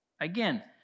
Again